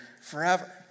forever